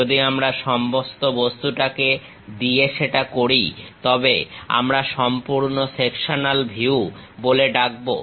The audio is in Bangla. যদি আমরা সমস্ত বস্তুটাকে দিয়ে সেটা করি তবে আমরা সম্পূর্ণ সেকশনাল ভিউ বলে ডাকবো